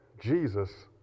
Jesus